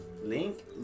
Link